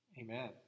amen